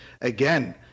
again